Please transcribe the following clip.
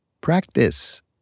practice